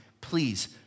please